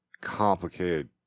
complicated